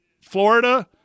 Florida